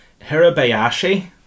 Hirabayashi